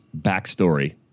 backstory